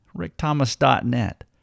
rickthomas.net